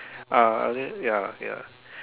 ah and then ya ya